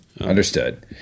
understood